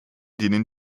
denen